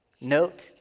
Note